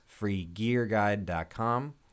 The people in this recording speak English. freegearguide.com